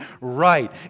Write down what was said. right